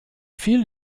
viel